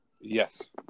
Yes